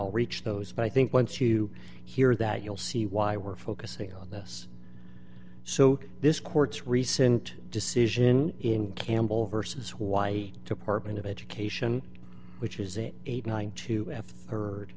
i'll reach those but i think once you hear that you'll see why we're focusing on this so this court's recent decision in campbell vs why to parchman of education which is it eighty nine to h